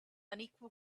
unequal